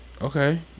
Okay